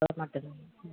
அது மட்டும்தான் ம்